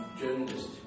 journalist